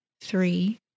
three